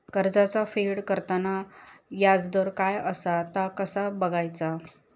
कर्जाचा फेड करताना याजदर काय असा ता कसा बगायचा?